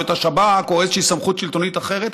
את השב"כ או איזושהי סמכות שלטונית אחרת,